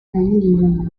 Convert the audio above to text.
tailler